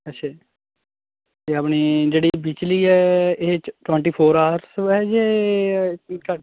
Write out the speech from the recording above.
ਅੱਛਾ ਜੀ ਅਤੇ ਆਪਣੀ ਜਿਹੜੀ ਬਿਜਲੀ ਹੈ ਇਹ 'ਚ ਟਵੰਟੀ ਫੋਰ ਆਰਸ ਹੈ ਜਾਂ ਘੱਟ